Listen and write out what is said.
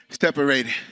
separated